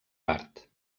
part